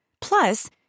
Plus